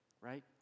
right